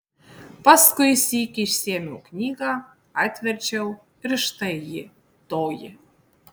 paskui sykį išsiėmiau knygą atverčiau ir štai ji toji